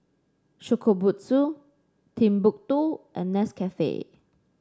Shokubutsu Timbuk two and Nescafe